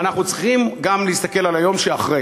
אבל אנחנו צריכים להסתכל גם על היום שאחרי.